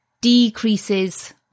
decreases